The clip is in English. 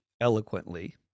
eloquently